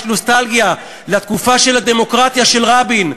יש נוסטלגיה לתקופה של הדמוקרטיה של רבין,